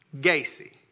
Gacy